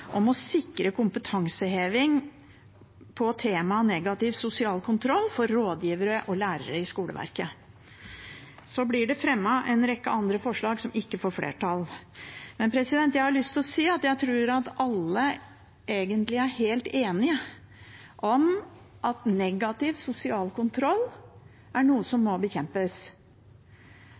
om å sikre kompetanseheving i temaet negativ sosial kontroll for rådgivere og lærere i skoleverket. Det blir også fremmet en rekke andre forslag, som ikke får flertall. Men jeg har lyst til å si at jeg tror alle egentlig er helt enige om at negativ sosial kontroll er noe som må bekjempes.